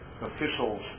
officials